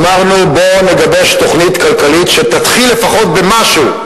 אמרנו: בואו נגבש תוכנית כלכלית שתתחיל לפחות במשהו.